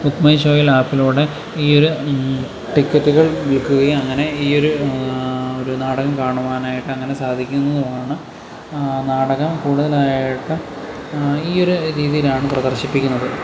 ബുക്മൈഷോയിൽ ആപ്പിലൂടെ ഈ ഒരു ടിക്കറ്റുകൾ വിൽക്കുകയും അങ്ങനെ ഈയൊരു ഒരു നാടകം കാണുവാനായിട്ട് അങ്ങനെ സാധിക്കുന്നതുമാണ് നാടകം കൂടുതലായിട്ടും ഈ ഒരു രീതിയിലാണ് പ്രദർശിപ്പിക്കുന്നത്